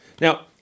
Now